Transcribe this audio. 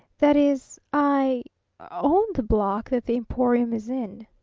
that is i own the block that the emporium is in.